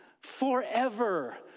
forever